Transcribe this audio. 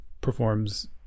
performs